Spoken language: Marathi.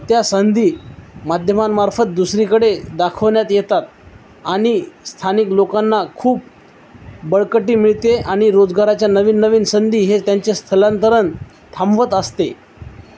त्या संधी माध्यमांमार्फत दुसरीकडे दाखवण्यात येतात आणि स्थानिक लोकांना खूप बळकटी मिळते आणि रोजगाराच्या नवीन नवीन संधी हे त्यांचे स्थलांतरण थांबवत असते